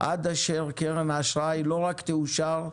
עד אשר קרן האשראי לא רק תאושר ותפעל,